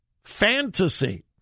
fantasy